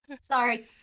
Sorry